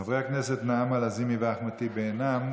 חברי הכנסת נעמה לזימי ואחמד טיבי אינם,